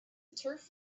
turf